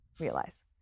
realize